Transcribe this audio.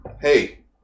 Hey